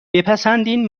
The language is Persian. بپسندین